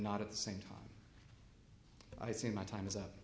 not at the same time i see my time is up